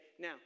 now